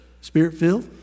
spirit-filled